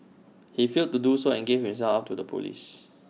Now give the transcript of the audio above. he failed to do so and gave himself up to the Police